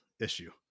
issue